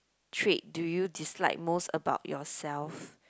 trait do you dislike most about yourself